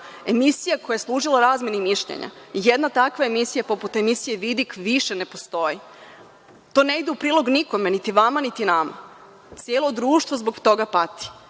emisija koja je služila u razmeni mišljenja i jedna takva emisija poput emisije „Vidik“ više ne postoji. To ne ide u prilog nikome, niti vama, niti nama. Celo društvo zbog toga pati.